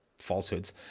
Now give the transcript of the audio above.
Falsehoods